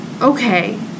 okay